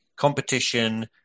competition